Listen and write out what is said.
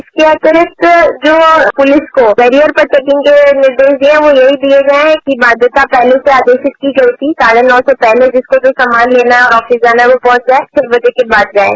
इसके अतिरिक्त जो हमने पुलिस को बैरियर पर चेकिंग के निर्देश दिये हैं वह यही दिये गये हैं कि बाध्यता पहले से आदेशित की गई थी साढ़े नौ से पहले जिसको जो सामान लेना आफिर जाना पहुंच जाये छह बजे के बाद जाये